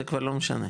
זה כבר לא משנה.